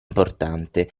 importante